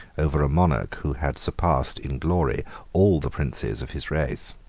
over a monarch who had surpassed in glory all the princes of his race.